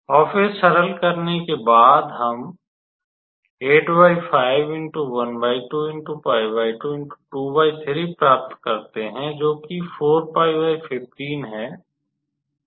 और फिर सरल करने के बाद हम प्राप्त करते हैं जोकि है